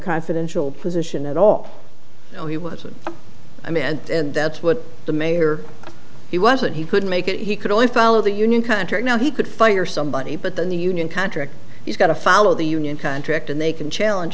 confidential position at all and he was i mean and that's what the mayor he was and he couldn't make it he could only follow the union country now he could fire somebody but then the union contract he's got to follow the union contract and they can challenge